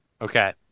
Okay